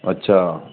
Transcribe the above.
अच्छा